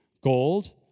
Gold